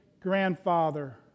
Grandfather